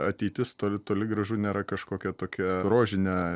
ateitis toli toli gražu nėra kažkokia tokia rožinė